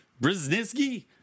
Brzezinski